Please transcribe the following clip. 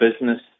business